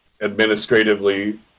administratively